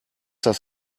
das